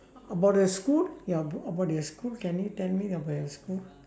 about the school ya ab~ about your school can you tell me about your school